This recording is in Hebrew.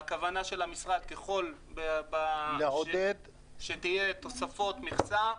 והכוונה של המשרד שכאשר יהיו תוספות מכסה,